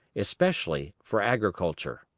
especially for agriculture.